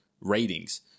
ratings